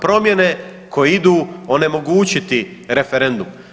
Promjene koje idu onemogućiti referendum.